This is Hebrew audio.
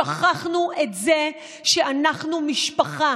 שכחנו את זה שאנחנו משפחה.